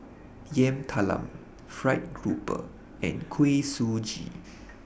Yam Talam Fried Grouper and Kuih Suji